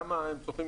האוכלוסייה?